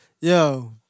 Yo